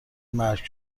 مرگ